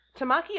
Tamaki